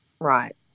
Right